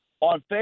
On